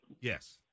Yes